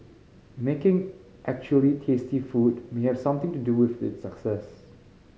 making actually tasty food may have something to do with its success